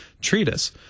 treatise